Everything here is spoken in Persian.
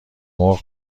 مرغ